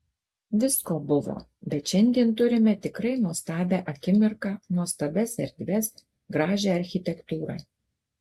visko buvo bet šiandien turime tikrai nuostabią akimirką nuostabias erdves gražią architektūrą